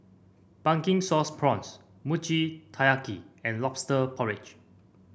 Pumpkin Sauce Prawns Mochi Taiyaki and lobster porridge